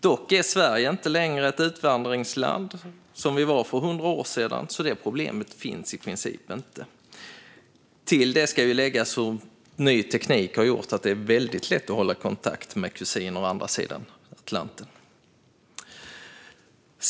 Dock är Sverige inte längre ett utvandringsland, som vi var för hundra år sedan, så problemet i sig finns i princip inte längre. Till detta ska läggas att ny teknik har gjort det väldigt lätt att hålla kontakt med kusiner på andra sidan Atlanten.